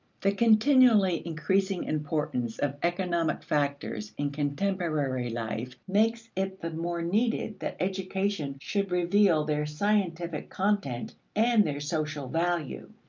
the continually increasing importance of economic factors in contemporary life makes it the more needed that education should reveal their scientific content and their social value.